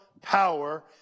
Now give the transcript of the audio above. power